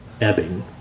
ebbing